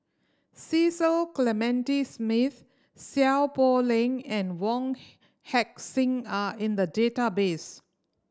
Cecil Clementi Smith Seow Poh Leng and Wong Heck Sing are in the database